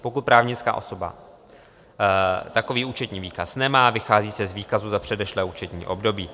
Pokud právnická osoba takový účetní výkaz nemá, vychází se z výkazu za předešlé účetní období.